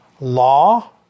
law